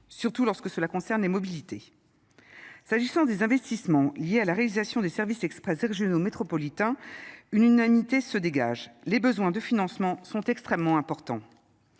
surtout lorsque cela concerne les mobilités s'agissant des investissements liés à la réalisation des services express régionaux métropolitains une unanimité se dégage les besoins de financement sont extrêmement importants